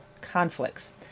conflicts